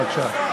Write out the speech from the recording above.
בבקשה.